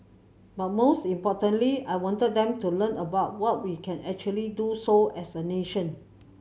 but most importantly I wanted them to learn about what we can actually do so as a nation